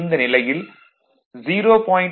இந்த நிலையில் 0